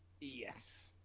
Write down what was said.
Yes